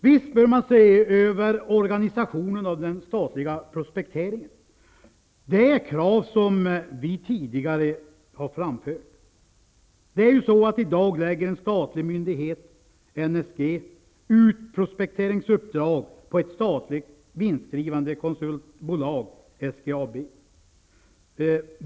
Visst bör man se över organisationen av den statliga prospekteringen. Det är ett krav som vi tidigare har framfört. I dag lägger en statlig myndighet, NSG, ut prospekteringsuppdrag på ett statligt vinstdrivande konsultbolag, SGAB.